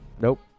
Nope